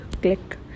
Click